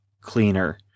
cleaner